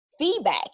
Feedback